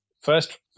First